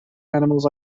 animals